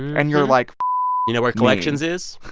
and you're like, me you know where collections is?